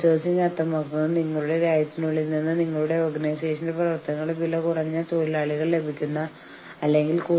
ഒരു പണിമുടക്ക് എന്നതുകൊണ്ട് അർത്ഥമാക്കുന്നത് ജീവനക്കാർ വാതിൽ പൂട്ടി സ്വന്തം പൂട്ട് വെച്ച് ഞങ്ങൾ ഫാക്ടറിയിൽ പ്രവേശിക്കില്ല നിങ്ങളെ ഫാക്ടറിയിൽ പ്രവേശിക്കാൻ അനുവദിക്കില്ല എന്ന് പറഞ്ഞേക്കാം